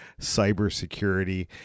cybersecurity